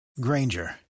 Granger